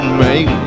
make